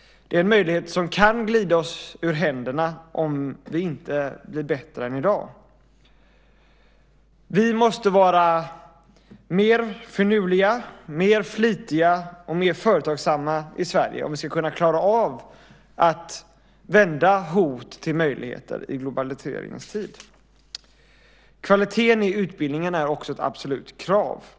Det är en möjlighet som kan glida oss ur händerna om vi inte blir bättre än i dag. Vi måste vara mer finurliga, mer flitiga och mer företagsamma i Sverige om vi ska kunna klara av att vända hot till möjligheter i globaliseringens tid. Kvaliteten i utbildningen är ett absolut krav.